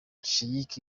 sheikh